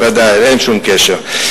ודאי, אין שום קשר.